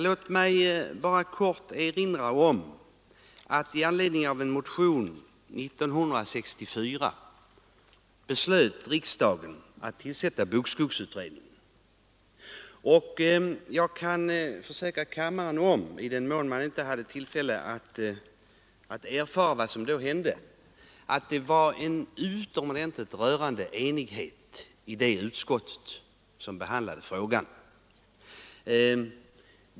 Låt mig bara kort erinra om att i anledning av en motion år 1964 beslöt riksdagen att tillsätta bokskogsutredningen. Jag kan försäkra kammaren — i den mån ledamöterna inte hade tillfälle att vara med då — att det rådde en rörande enighet i det utskott som behandlade frågan.